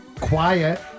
Quiet